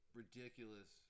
ridiculous